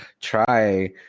try